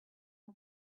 had